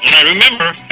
i remember